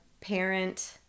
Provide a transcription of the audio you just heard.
parent